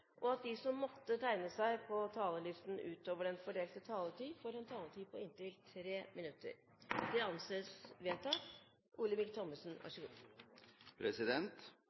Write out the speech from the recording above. og at de som måtte tegne seg på talerlisten utover den fordelte taletid, får en taletid på inntil 3 minutter. – Det anses vedtatt.